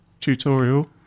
tutorial